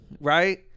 right